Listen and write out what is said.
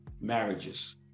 marriages